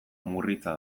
murritza